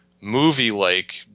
movie-like